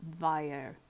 via